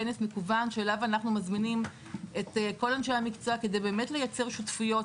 כנס מקוון שאליו אנחנו מזמינים את כל אנשי המקצוע כדי לייצר שותפויות.